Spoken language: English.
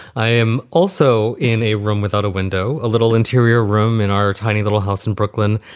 i am also in a room without a window, a little interior room in our tiny little house in brooklyn.